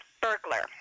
burglar